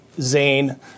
Zane